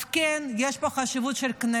אז כן, יש פה חשיבות של הכנסת,